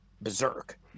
berserk